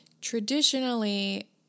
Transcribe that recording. Traditionally